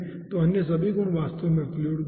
तो अन्य सभी गुण वास्तव में फ्लूइड गुण हैं